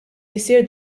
jsir